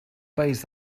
país